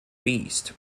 beast